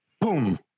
boom